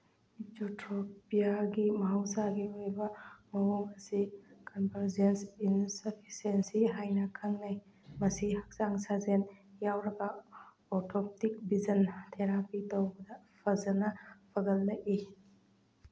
ꯑꯦꯛꯖꯤꯊ꯭ꯔꯣꯄꯤꯌꯥꯒꯤ ꯃꯍꯧꯁꯥꯒꯤ ꯑꯣꯏꯕ ꯃꯑꯣꯡ ꯑꯁꯤ ꯀꯟꯚꯔꯖꯦꯟꯁ ꯏꯟꯁꯐꯤꯁꯦꯟꯁꯤ ꯍꯥꯏꯅ ꯈꯪꯅꯩ ꯃꯁꯤ ꯍꯛꯆꯥꯡ ꯁꯥꯖꯦꯜ ꯌꯥꯎꯔꯒ ꯑꯣꯔꯊꯣꯞꯇꯤꯛ ꯚꯤꯖꯟ ꯊꯦꯔꯥꯄꯤ ꯇꯧꯕꯗ ꯐꯖꯅ ꯐꯒꯠꯂꯛꯏ